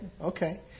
okay